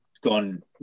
gone